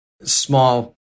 small